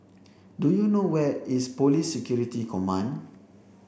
do you know where is Police Security Command